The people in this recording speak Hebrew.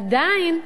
עדיין,